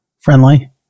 friendly